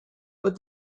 but